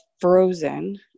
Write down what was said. frozen